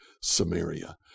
Samaria